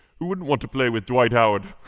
who wouldn't want to play with dwight howard?